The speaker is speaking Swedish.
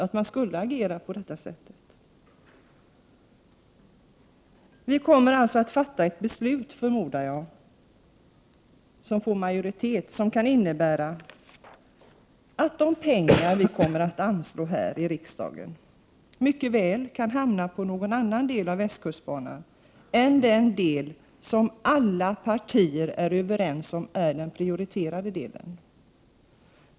Jag förmodar att vi kommer att fatta ett beslut som får majoritet och som kommer att innebära att de pengar som anslås här i riksdagen mycket väl kan hamna på någon annan del av västkustbanan än vad alla partier är överens om är den prioriterade delen.